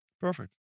Perfect